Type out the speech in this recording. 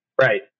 Right